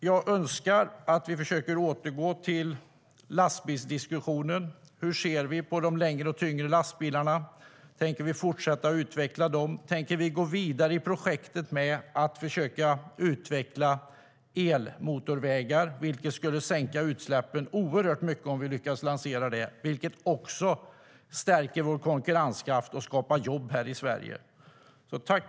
Jag önskar att vi kan försöka återgå till lastbilsdiskussionen. Hur ser vi på de längre och tyngre lastbilarna? Tänker vi fortsätta att utveckla dem? Tänker vi gå vidare med projektet att försöka utveckla elmotorvägar? Det skulle sänka utsläppen oerhört mycket om vi lyckas lansera det. Det skulle också stärka vår konkurrenskraft och skapa jobb här i Sverige.